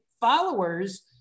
followers